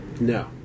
No